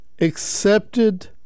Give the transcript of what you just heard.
accepted